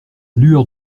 lueur